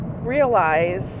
realize